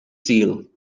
sul